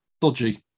dodgy